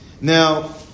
Now